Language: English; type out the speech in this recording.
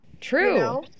True